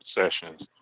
sessions